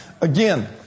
Again